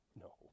No